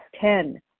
Ten